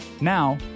Now